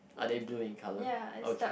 are they blue in colour okay